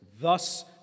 thus